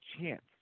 chance